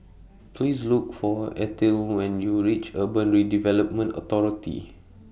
Please Look For Ethyle when YOU REACH Urban Redevelopment Authority